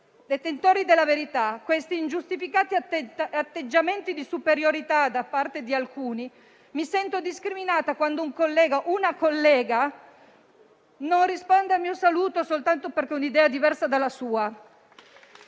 detentori della verità, gli ingiustificati atteggiamenti di superiorità da parte di alcuni. Mi sento discriminata quando un collega o una collega non risponde al mio saluto soltanto perché ho un'idea diversa dalla sua.